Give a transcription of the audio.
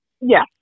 Yes